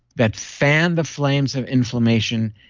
that fan the flames of inflammation,